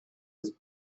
his